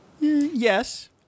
Yes